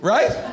Right